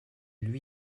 lui